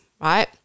right